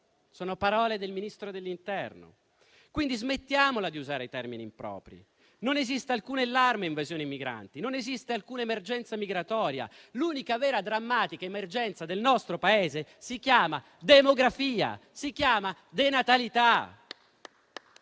Sono parole del Ministro dell'interno, quindi smettiamola di usare termini impropri: non esiste alcun allarme invasione migranti; non esiste alcuna emergenza migratoria. L'unica vera drammatica emergenza del nostro Paese si chiama demografia, si chiama denatalità